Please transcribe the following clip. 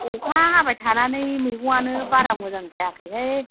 अखा हाबाय थानानै मैगंआनो बारा मोजां जायाखैहाय